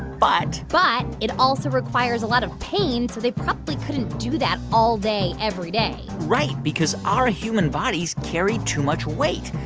but. but it also requires a lot of pain. so they probably couldn't do that all day, every day right. because our human bodies carry too much weight.